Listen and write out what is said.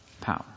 power